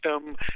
system